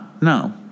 No